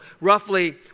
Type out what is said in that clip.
roughly